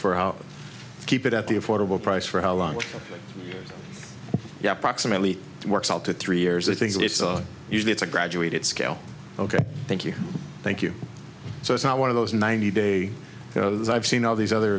out keep it at the affordable price for how long you have proximately works out to three years i think it's usually it's a graduated scale ok thank you thank you so it's not one of those ninety day as i've seen all these other